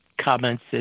comments